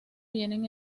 vienen